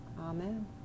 Amen